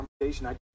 conversation